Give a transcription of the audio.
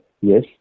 yes